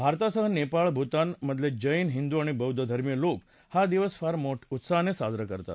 भारतासह नेपाळ आणि भूतान मधले जैन हिंदू आणि बौद्ध धर्मीय लोक हा दिवस फार उत्साहानं साजरा करतात